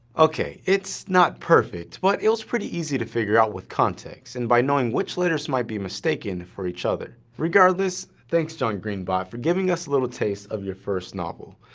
okay, it's not perfect, but it was pretty easy to figure out with context and by knowing which letters might be mistaken for each other. regardless, thanks john green bot for giving us a little taste of your first novel.